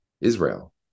Israel